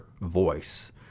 voice